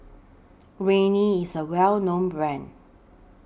Rene IS A Well known Brand